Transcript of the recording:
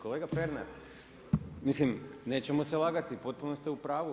Kolege Pernar, mislim, nećemo se lagati potpuno ste u pravu.